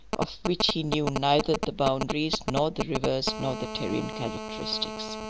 of which he knew neither the boundaries nor the rivers nor the terrene characteristics.